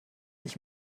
ich